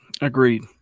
Agreed